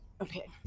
Okay